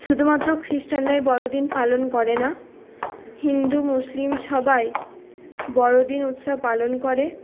শুধুমাত্র খ্রিস্টানরাই বড়োদিন পালন করে না হিন্দু মুসলিম সবাই বড়োদিন উৎসব পালন করে